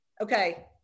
Okay